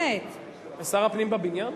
שר הפנים בבניין?